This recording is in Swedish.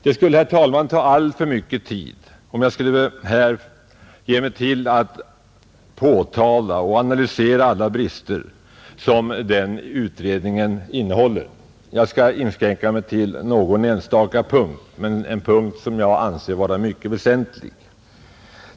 Det skulle, herr talman, ta alltför lång tid om jag här skulle ge mig till att påtala och analysera alla brister som den utredningen har. Jag skall inskränka mig till några enstaka punkter, som jag anser vara väsentliga.